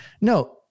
No